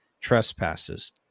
trespasses